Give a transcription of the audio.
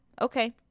okay